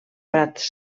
prats